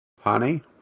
honey